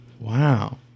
Wow